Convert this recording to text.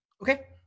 Okay